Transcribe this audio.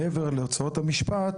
מעבר להוצאות המשפט,